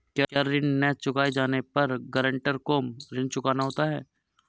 क्या ऋण न चुकाए जाने पर गरेंटर को ऋण चुकाना होता है?